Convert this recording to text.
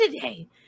today